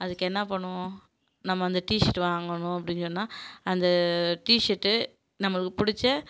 அதுக்கு என்ன பண்ணுவோம் நம்ம அந்த டீஷர்ட் வாங்கணும் அப்படின் சொன்னால் அந்த டீஷர்ட் நம்மளுக்கு பிடிச்ச